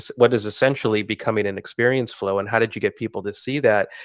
what is essentially becoming an experience flow, and how did you get people to see that?